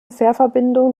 fährverbindung